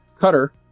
cutter